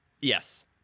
Yes